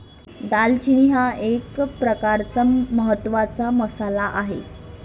दालचिनी हा एक प्रकारचा महत्त्वाचा मसाला आहे